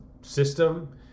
system